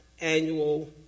annual